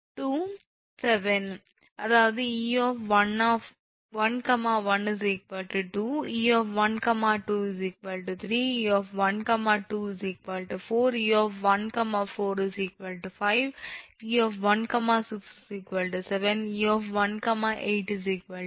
7 அதாவது 𝑒11 2 𝑒 12 3 𝑒 12 4 𝑒 14 5 e 16 7 e 17 8